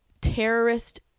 terrorist